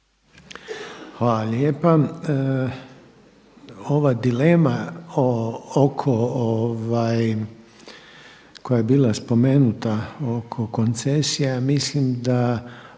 Hvala lijepa. Ova dilema oko koja je bila spomenuta oko koncesija, mislim da